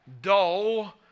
dull